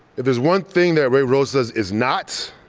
if there's one thing that ray rosas is not,